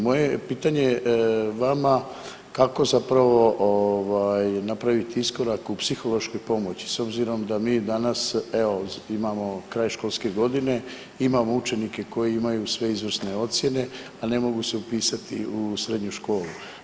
Moje je pitanje vama kako zapravo ovaj, napraviti iskorak u psihološkoj pomoći, s obzirom da mi danas evo, imamo kraj školske godine, imamo učenike koji imaju sve izvrsne ocjene, a ne mogu se upisati u srednju školu.